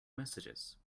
messages